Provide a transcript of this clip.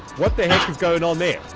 what the heck is going on there?